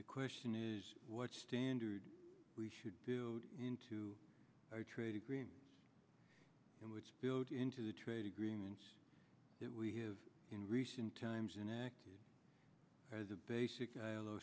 the question is what standard we should do into our trade agreement in which built into the trade agreements that we have in recent times in act as a basic ilo